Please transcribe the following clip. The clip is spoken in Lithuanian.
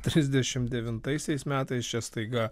trisdešimt devintaisiais metais čia staiga